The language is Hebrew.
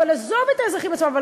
עזוב את האזרחים עצמם,